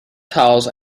tiles